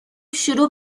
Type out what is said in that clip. شروع